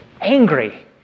angry